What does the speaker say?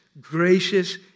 gracious